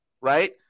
right